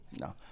no